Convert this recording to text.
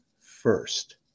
first